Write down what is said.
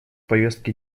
повестки